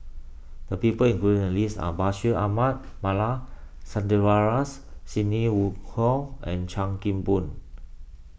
the people included in the list are Bashir Ahmad Mallal Sidney Woodhull and Chan Kim Boon